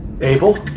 Abel